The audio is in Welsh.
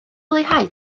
leihau